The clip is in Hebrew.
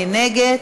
מי נגד?